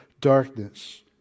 Darkness